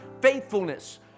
faithfulness